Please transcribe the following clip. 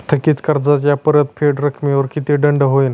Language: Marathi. थकीत कर्जाच्या परतफेड रकमेवर किती दंड होईल?